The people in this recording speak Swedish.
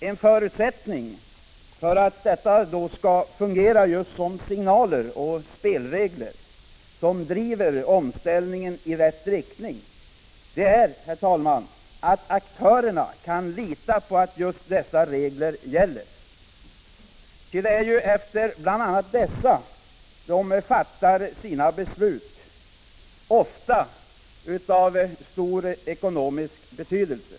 En förutsättning för att detta då skall fungera just som signaler och spelregler, som driver omställningen i rätt riktning, är, herr talman, att aktörerna kan lita på att just dessa regler gäller. Det är ju med hänsyn till — Prot. 1985/86:50 bl.a. dessa de fattar sina beslut — ofta av stor ekonomisk betydelse.